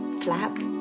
flap